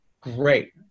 great